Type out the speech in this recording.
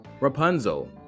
Rapunzel